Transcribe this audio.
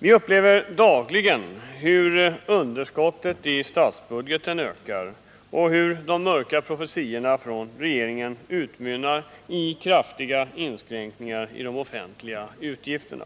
Vi upplever dagligen hur underskottet i statsbudgeten ökar och hur de mörka profetiorna från regeringen utmynnar i kraftiga inskränkningar i de offentliga utgifterna.